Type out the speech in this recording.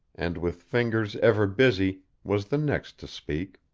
and, with fingers ever busy, was the next to speak.